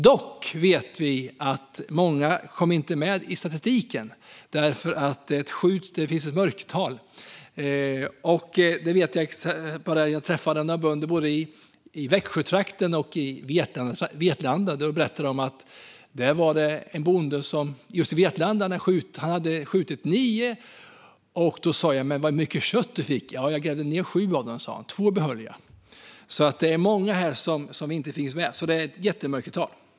Dock vet vi att många inte kommer med i statistiken därför att det finns ett mörkertal. Detta vet jag efter att ha träffat några bönder i både Växjötrakten och Vetlanda. En bonde i Vetlanda hade skjutit nio, och då sa jag: Men vad mycket kött du fick! Han svarade att han hade grävt ned sju och behöll två. Det är alltså många som inte kommer med - det är ett jättemörkertal.